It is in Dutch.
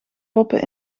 poppen